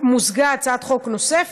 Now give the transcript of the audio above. מוזגה עם הצעת חוק נוספת,